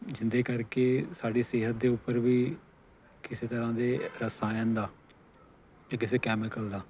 ਜਿਹਦੇ ਕਰਕੇ ਸਾਡੀ ਸਿਹਤ ਦੇ ਉੱਪਰ ਵੀ ਕਿਸੇ ਤਰ੍ਹਾਂ ਦੇ ਰਸਾਇਣ ਦਾ ਅਤੇ ਕਿਸੇ ਕੈਮੀਕਲ ਦਾ